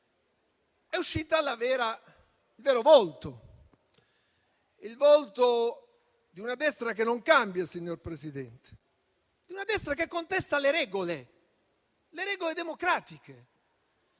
è uscito il vero volto, quello di una destra che non cambia, signor Presidente, e che contesta le regole, quelle democratiche.